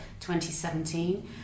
2017